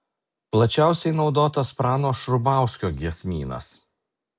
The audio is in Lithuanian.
plačiausiai naudotas prano šrubauskio giesmynas